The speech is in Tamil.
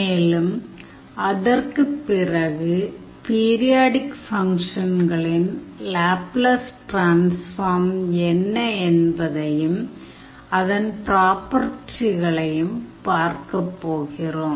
மேலும் அதற்குப் பிறகு பீரியாடிக் ஃபங்க்ஷன்களின் லேப்லஸ் டிரான்ஸ்ஃபார்ம் என்ன என்பதையும் அதன் பிராப்பர்டிகளையும் பார்க்கப் போகிறோம்